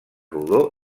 rodó